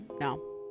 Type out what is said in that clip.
no